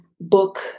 book